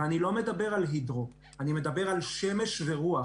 ואני לא מדבר על הידרו, אני מדבר על שמש ורוח